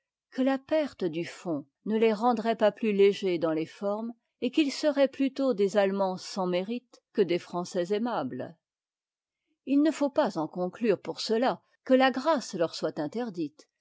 que la perte du fond ne les rendrait pas plus légers dans les formes et qu'ils seraient plutôt des ahemands sans mérite que des français aimables il ne faut pas en conclure pour cela que la grâce leur soit interdite